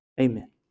Amen